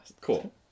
Cool